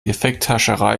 effekthascherei